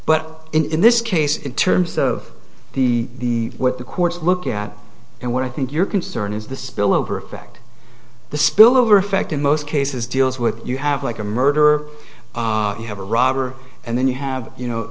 but in this case in terms of the what the courts look at and what i think your concern is the spillover effect the spillover effect in most cases deals with you have like a murderer you have a robber and then you have you know